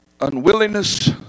unwillingness